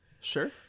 Sure